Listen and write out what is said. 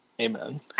Amen